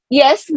yes